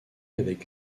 avec